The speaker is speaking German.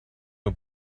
nur